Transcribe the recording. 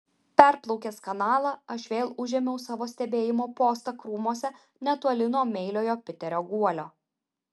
perplaukęs kanalą aš vėl užėmiau savo stebėjimo postą krūmuose netoli nuo meiliojo piterio guolio